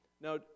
Now